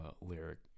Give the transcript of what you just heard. Lyric